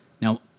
Now